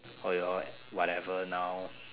or your whatever now